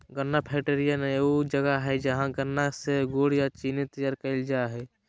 गन्ना फैक्ट्रियान ऊ जगह हइ जहां गन्ना से गुड़ अ चीनी तैयार कईल जा हइ